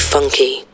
Funky